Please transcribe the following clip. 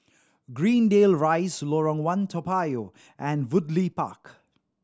Greendale Rise Lorong One Toa Payoh and Woodleigh Park